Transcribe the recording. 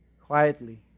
quietly